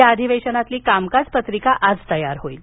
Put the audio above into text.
या अधिवेशनातील कामकाज पत्रिका आज तयार होईल